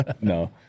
No